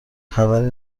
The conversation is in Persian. خبری